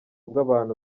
bw’abantu